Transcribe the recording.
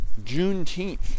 Juneteenth